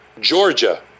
Georgia